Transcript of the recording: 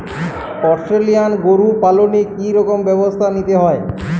Australian গরু পালনে কি রকম ব্যবস্থা নিতে হয়?